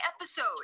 episode